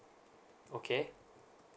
okay